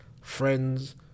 friends